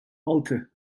altı